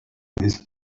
his